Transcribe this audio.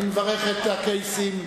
אני מברך את הקייסים,